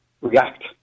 react